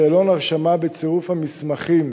שאלון הרשמה, בצירוף המסמכים